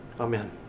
Amen